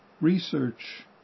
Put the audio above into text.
research